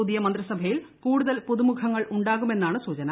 പുതിയ മന്ത്രിസഭയിൽ കൂടുതൽ പുതുമുഖങ്ങൾ ഉണ്ടാകുമെന്നാണ് സൂചന